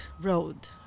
Road